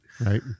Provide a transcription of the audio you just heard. right